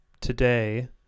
today